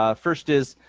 ah first is